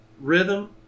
rhythm